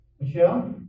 michelle